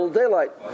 daylight